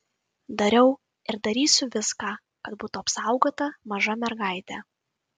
dariau ir darysiu viską kad būtų apsaugota maža mergaitė